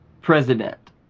President